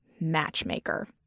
matchmaker